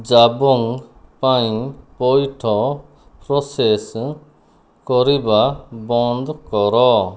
ଜାବୁଙ୍ଗ୍ ପାଇଁ ପଇଠ ପ୍ରୋସେସ୍ କରିବା ବନ୍ଦ କର